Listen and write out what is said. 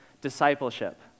discipleship